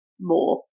more